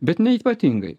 bet ne ypatingai